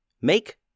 Make